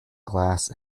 glass